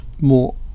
more